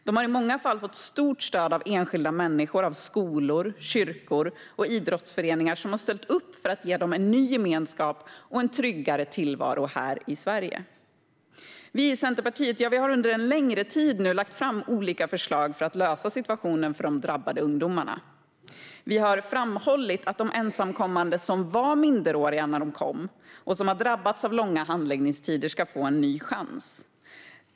De har i många fall fått stort stöd av enskilda människor, skolor, kyrkor och idrottsföreningar, som ställt upp för att ge dem en ny gemenskap och en tryggare tillvaro här i Sverige. Vi i Centerpartiet har under en längre tid lagt fram olika förslag för att lösa situationen för de drabbade ungdomarna. Vi har framhållit att de ensamkommande som var minderåriga när de kom och som har drabbats av långa handläggningstider ska få en ny chans.